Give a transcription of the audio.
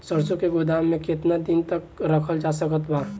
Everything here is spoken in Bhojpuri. सरसों के गोदाम में केतना दिन तक रखल जा सकत बा?